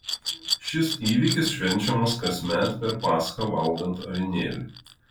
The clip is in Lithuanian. šis įvykis švenčiamas kasmet per paschą valgant avinėlį